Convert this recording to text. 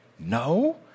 No